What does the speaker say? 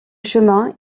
chemin